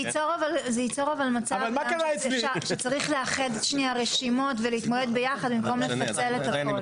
זה יצור מצב שצריך לאחד רשימות ולהתמודד ביחד במקום לפצל את הכול.